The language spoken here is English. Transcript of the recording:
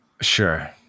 sure